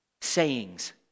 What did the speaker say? sayings